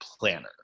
planner